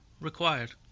required